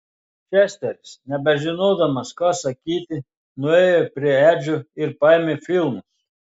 česteris nebežinodamas ką sakyti nuėjo prie edžio ir paėmė filmus